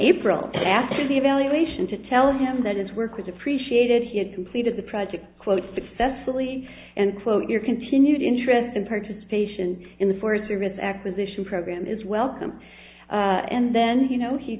april after the evaluation to tell him that his work was appreciated he had completed the project quote successfully and quote your continued interest in participation in the forest service acquisition program is welcome and then you know he